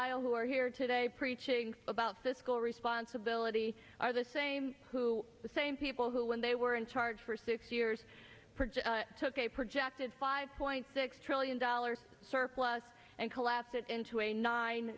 aisle who are here today preaching about fiscal responsibility are the same the same people who when they were in charge for six years took a projected five point six trillion dollars surplus and collapse it into a nine